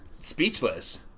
speechless